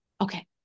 Okay